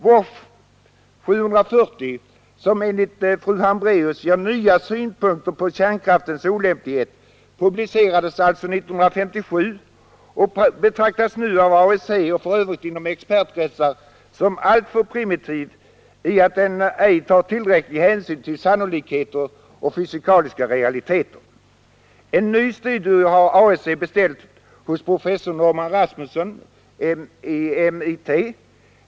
WASH 740, som enligt fru Hambraeus ger ”nya synpunkter på kärnkraftens olämplighet”, publicerades alltså 1957 och betraktas nu av AEC och i övrigt inom expertkretsar som alltför primitiv, i det att den ej tar tillräcklig hänsyn till sannolikheter och fysikaliska realiteter. En ny studie har av AEC beställts hos professor Norman Rasmussen, MIT.